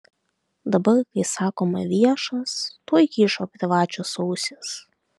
dabar kai sakoma viešas tuoj kyšo privačios ausys